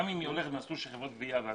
גם אם היא הולכת במסלול של חברות גבייה,